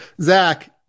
Zach